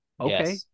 Okay